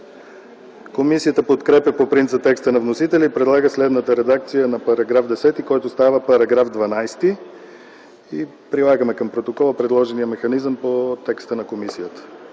Комисията подкрепя по принцип текста на вносителя и предлага следната редакция за § 10, който става § 12: (прилагаме към протокола предложения механизъм по текста на комисията).